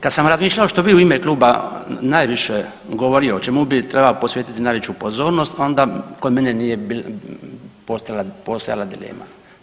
Kada sam razmišljao što bi u ime Kluba najviše govorio, čemu treba posvetiti najveću pozornost onda kod mene nije postojala dilema.